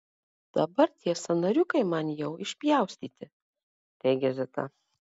dabar tie sąnariukai man jau išpjaustyti teigia zita